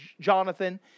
Jonathan